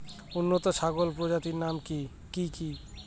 উন্নত ছাগল প্রজাতির নাম কি কি?